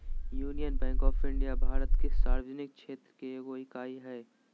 union Bank of India Bharat के सार्वजनिक क्षेत्र के एगो इकाई हइ